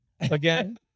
again